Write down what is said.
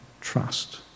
trust